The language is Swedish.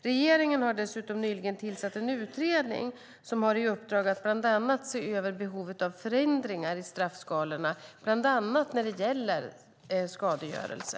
Regeringen har dessutom nyligen tillsatt en utredning som har i uppdrag att bland annat se över behovet av förändringar i straffskalorna för bland annat skadegörelse.